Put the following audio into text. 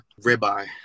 ribeye